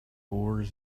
oars